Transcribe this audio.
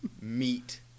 meat